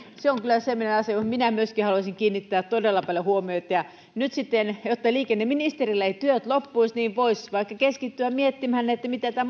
se on kyllä semmoinen asia johon minä myöskin haluaisin kiinnittää todella paljon huomiota nyt sitten jotta liikenneministerillä eivät työt loppuisi voisi vaikka keskittyä miettimään miten tämä